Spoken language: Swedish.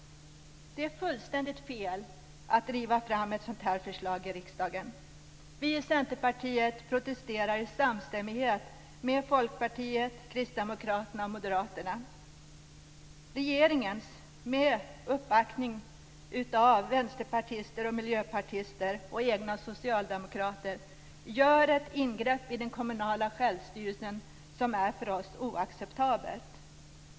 Det är fullständigt fel att driva fram ett sådant här förslag i riksdagen. Vi i Centerpartiet protesterar i samstämmighet med Folkpartiet, Kristdemokraterna och Moderaterna. Regeringen med uppbackning av vänsterpartister, miljöpartister och sina egna partikamrater gör ett ingrepp i den kommunala självstyrelsen som för oss är oacceptabelt.